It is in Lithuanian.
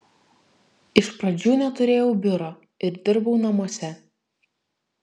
iš pradžių neturėjau biuro ir dirbau namuose